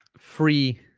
free